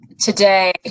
today